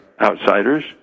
outsiders